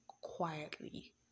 quietly